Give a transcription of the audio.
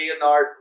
Leonard